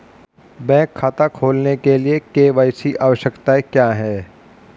Bank खाता खोलने के लिए के.वाई.सी आवश्यकताएं क्या हैं?